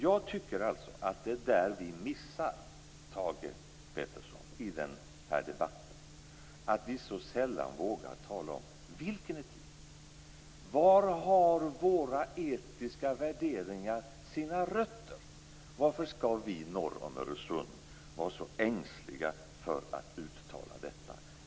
Jag tycker att det är det vi missar i den här debatten, Thage Peterson. Vi vågar så sällan tala om vilken etik det är. Var har våra etiska värderingar sina rötter? Varför skall vi norr om Öresund vara så ängsliga för att uttala detta?